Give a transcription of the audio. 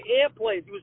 airplanes